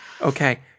okay